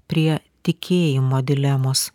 prie tikėjimo dilemos